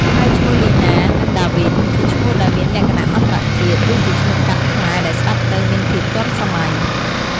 ហើយឈ្មោះលីណានិងដាវីន ជាឈ្មោះដែលមានលក្ខណៈអន្តរជាតិ ឬជាឈ្មោះកាត់ខ្មែរដែលស្តាប់ទៅមានភាពទាន់សម័យ។